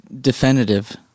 definitive